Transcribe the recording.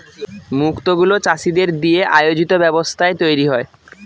মুক্ত গুলো চাষীদের দিয়ে আয়োজিত ব্যবস্থায় তৈরী হয়